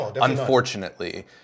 unfortunately